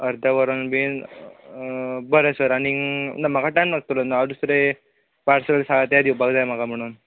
अर्दे वोरान बीन बरें सर आनीक ना म्हाका टायम लागतलो ना हांव दुसरें पार्सल आहा ते दिवपाक जाय म्हाका म्हुणून